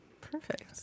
Perfect